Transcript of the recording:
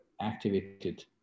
activated